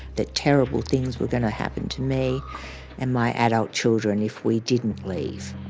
that terrible things were going to happen to me and my adult children if we didn't leave.